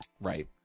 Right